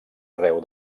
arreu